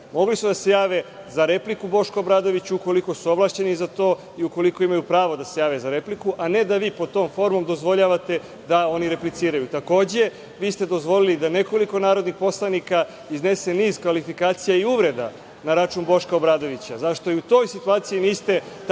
Mogli su da se jave za repliku Bošku Obradoviću ukoliko su ovlašćeni za to i ukoliko imaju pravo da se jave za repliku, a ne da vi pod tom formom dozvoljavate da oni repliciraju. Takođe, vi ste dozvolili da nekoliko narodnih poslanika iznese niz kvalifikacija i uvreda na račun Boška Obradovića. Zašto i u toj situaciji niste tako